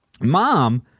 mom